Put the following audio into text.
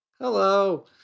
Hello